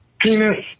penis